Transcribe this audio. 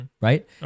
Right